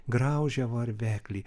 graužia varveklį